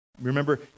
Remember